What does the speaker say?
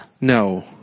No